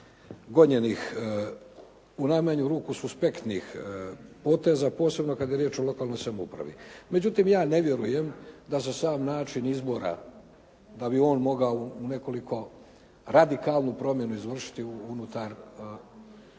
gonjenih, u najmanju ruku suspektnih poteza, posebno kada je riječ o lokalnoj samoupravi. Međutim, ja ne vjerujem da za sam način izbora, da bi on mogao u nekoliko radikalnu promjenu izvršiti unutar ovoga